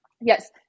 Yes